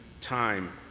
time